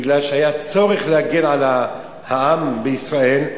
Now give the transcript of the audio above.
מכיוון שהיה צורך להגן על העם בישראל,